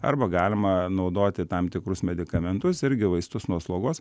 arba galima naudoti tam tikrus medikamentus irgi vaistus nuo slogos